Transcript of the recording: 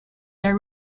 their